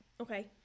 okay